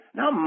now